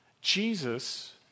Jesus